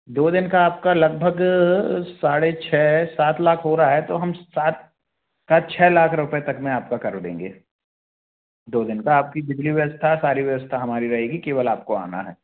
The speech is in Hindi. दो दिन का आपका लगभग साढ़े छः सात लाख हो रहा है तो हम सात सर छः लाख रूपए तक में आपका कर देंगे दो दिन तो आपकी जितनी व्यवस्था है सारी व्यवस्था हमारी रहेगी केवल आपको आना है